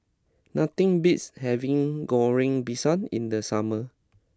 nothing beats having Goreng Pisang in the summer